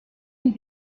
une